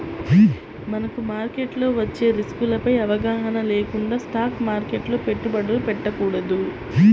మనకు మార్కెట్లో వచ్చే రిస్కులపై అవగాహన లేకుండా స్టాక్ మార్కెట్లో పెట్టుబడులు పెట్టకూడదు